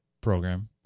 program